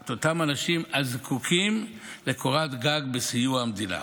את אותם אנשים הזקוקים לקורת גג בסיוע המדינה.